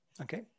Okay